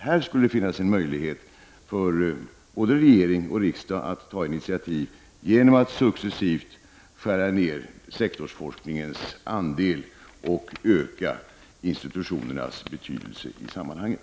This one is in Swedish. Här skulle det finnas en möjlighet för både regering och riksdag att ta initiativ till att successivt skära ned sektorsforskningens andel och öka institutionernas betydelse i sammanhanget.